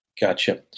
Gotcha